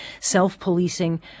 self-policing